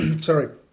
Sorry